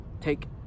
Take